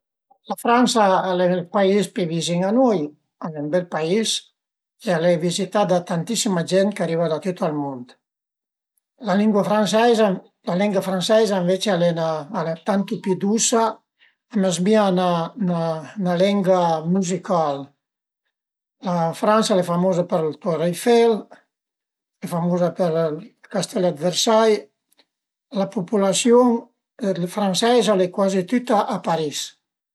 Ün di eru ënsema a amis a fe 'na caminada, pöi suma fermase ënt ün post, a i era ün viöl, tacà al viöl a i era 'na müraiëtta faita cun le pere a sech e me amis al era li s'la müraiëtta e a ün certo punto lu vëdu ch'a va ëndarera e lu, casca giü ëndrinta a ün linsulé e lu vëdu pa pi